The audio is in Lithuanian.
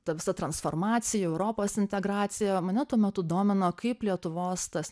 ta visa transformacija europos integracija mane tuo metu domino kaip lietuvos tas